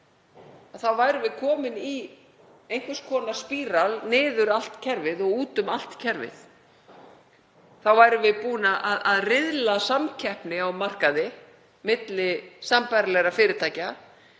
þá værum við komin í einhvers konar spíral niður allt kerfið og út um allt kerfið. Þá værum við búin að riðla samkeppni á markaði milli sambærilegra fyrirtækja